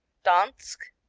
dansk